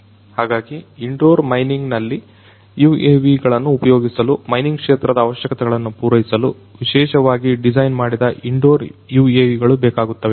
ಹಾಗಾಗಿ indoor mining ನಲ್ಲಿ UAVಗಳನ್ನ ಉಪಯೋಗಿಸಲು ಮೈನಿಂಗ್ ಕ್ಷೇತ್ರದ ಅವಶ್ಯಕತೆಗಳನ್ನು ಪೂರೈಸಲು ವಿಶೇಷವಾಗಿ ಡಿಸೈನ್ ಮಾಡಿದ ಇಂಡೋರ್ UAV ಗಳು ಬೇಕಾಗುತ್ತವೆ